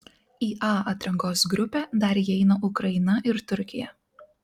į a atrankos grupę dar įeina ukraina ir turkija